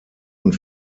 und